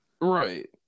Right